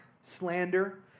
Slander